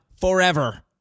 forever